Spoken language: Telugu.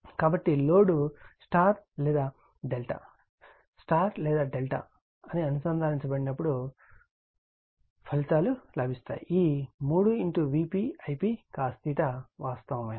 కాబట్టి లోడ్ Y లేదా Δ Y లేదా Δ అనుసందానించబడినప్పుడు వస్తావ ఫలితాలు లభిస్తాయి ఈ 3 Vp Ip cos θ వాస్తవమైనది